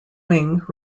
wing